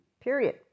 period